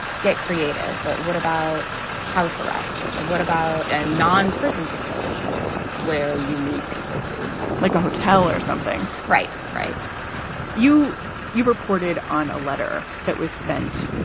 get creative. what what about house arrest? what about ah non prison facility where you move people to, like a hotel or something? right. right you you reported on a letter that was sent